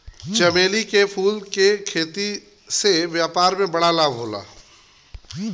चमेली के फूल के खेती से व्यापार में बड़ा लाभ होला